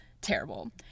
terrible